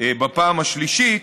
בפעם השלישית,